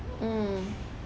mm